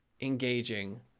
engaging